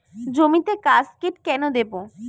জমিতে কাসকেড কেন দেবো?